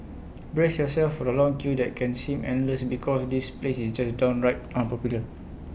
brace yourself for the long queue that can seem endless because this place is just downright unpopular